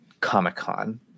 Comic-Con